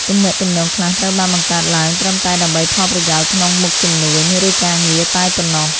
ទំនាក់ទំនងខ្លះត្រូវបានបង្កើតឡើងត្រឹមតែដើម្បីផលប្រយោជន៍ក្នុងមុខជំនួញ ឬការងារតែប៉ុណ្ណោះ។